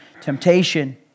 temptation